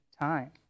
time